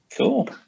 Cool